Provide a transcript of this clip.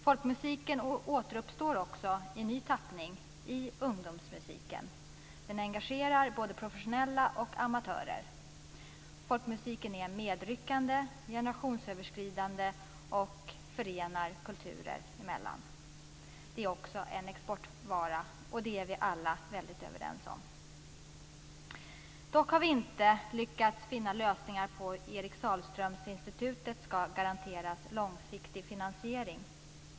Folkmusiken återuppstår också i ny tappning i ungdomsmusiken. Den engagerar både professionella och amatörer. Folkmusiken är medryckande, generationsöverskridande och förenar kulturer. Det är också en exportvara. Det är vi alla helt överens om. Dock har vi inte lyckats finna lösningar på hur Eric Sahlströms institut skall garanteras en långsiktig finansiering.